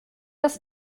das